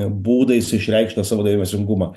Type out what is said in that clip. būdais išreikšt tą savo dėmesingumą